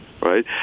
right